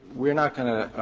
we're not going to